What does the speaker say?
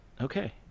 Okay